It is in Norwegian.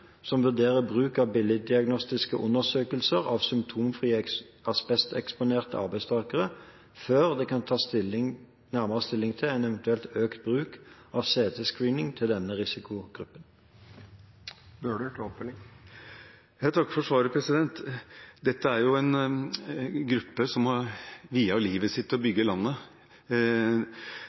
som vurderer bruk av bildediagnostiske undersøkelser av symptomfrie asbesteksponerte arbeidstakere, før det kan tas nærmere stilling til eventuell økt bruk av CT-screening i denne risikogruppen. Jeg takker for svaret. Dette er en gruppe som har viet livet til å bygge landet.